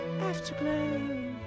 Afterglow